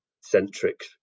centric